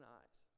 eyes